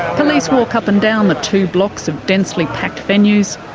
police walk up and down the two blocks of densely packed venues,